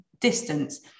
distance